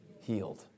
Healed